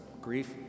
grief